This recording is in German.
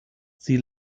sie